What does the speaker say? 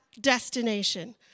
destination